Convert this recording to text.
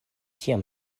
tiam